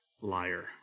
liar